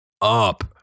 up